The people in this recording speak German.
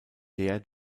der